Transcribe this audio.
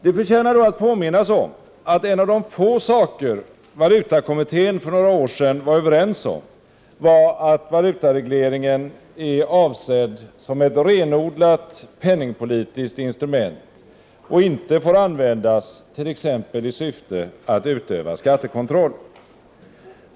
Det förtjänar då att påminnas om att en av de få saker valutakommittén för några år sedan var överens om var att valutaregleringen är avsedd som ett renodlat penningpolitiskt instrument och inte får användas t.ex. i syfte att utöva skattekontroll.